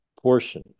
portion